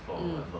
mm